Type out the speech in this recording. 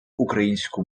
українську